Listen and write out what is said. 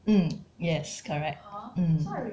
mm yes correct mm